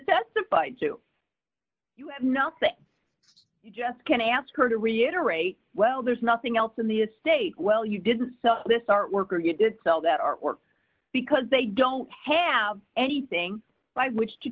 testify to you have nothing you just can ask her to reiterate well there's nothing else in the estate well you didn't so this artwork or you did sell that artwork because they don't have anything by which to